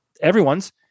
everyone's